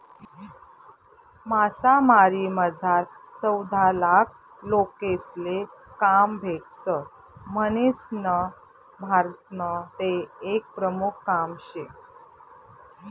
मासामारीमझार चौदालाख लोकेसले काम भेटस म्हणीसन भारतनं ते एक प्रमुख काम शे